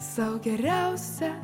sau geriausia